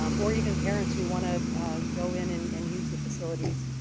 um or even parents who want to go in and and use the facilities